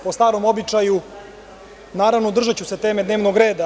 Po starom običaju, naravno, držaću se teme dnevnog reda.